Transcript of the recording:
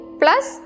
plus